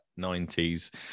90s